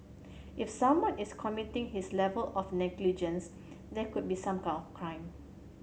if someone is committing his level of negligence there could be some kind of crime